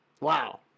Wow